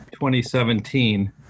2017